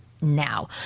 now